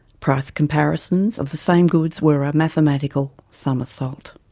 price comparisons of the same goods were a mathematical somersault.